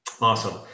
Awesome